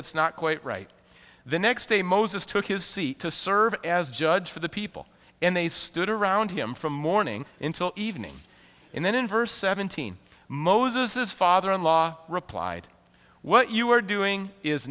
that's not quite right the next day moses took his seat to serve as judge for the people and they stood around him from morning until evening and then in verse seventeen moses says father in law replied what you are doing is